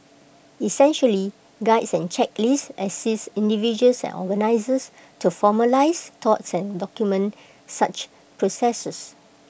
essentially Guides and checklist assist individuals and organisers to formalise thoughts and document such processes